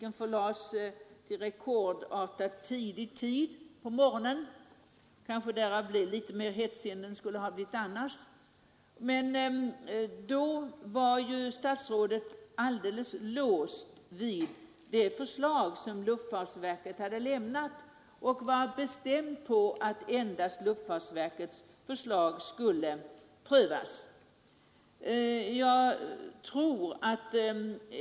Den förlades till en rekordartat tidig morgon och blev kanske därför litet mer hetsig än den annars skulle ha blivit. Då var statsrådet alldeles låst vid det förslag som luftfartsverket lämnat och sade bestämt att endast det skulle prövas.